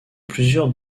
plusieurs